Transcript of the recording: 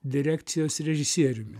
direkcijos režisieriumi